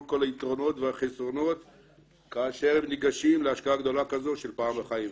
כל היתרונות והחסרונות כאשר ניגשים להשקעה גדולה כזו של פעם בחיים,